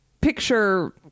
picture